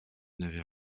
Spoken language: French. n’avez